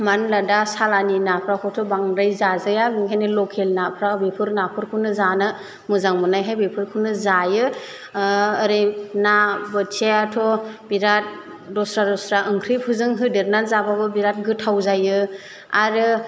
मानो होनला दा सालानि नाफ्राखौथ' बांद्राय जाजाया ओंखायनो लकेल नाफ्रा बेफोर नाफोरखौनो जानो मोजां मोननायखाय बेफोरखौनो जायो ओरै ना बोथियायाथ' बिराद दस्रा दस्रा ओंख्रिफोरजों होदेरनानै जाबाबो बिराद गोथाव जायो आरो